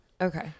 Okay